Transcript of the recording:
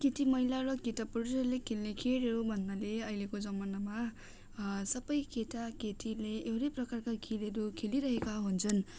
केटी महिला र केटा पुरुषहरूले खेल्ने खेलहरू भन्नाले अहिलेको जमानामा सबै केटाकेटीले एउटै प्रकारका खेलहरू खेलिरहेका हुन्छन्